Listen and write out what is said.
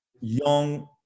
young